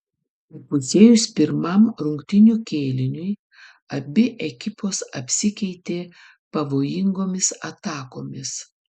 įpusėjus pirmam rungtynių kėliniui abi ekipos apsikeitė pavojingomis atakomis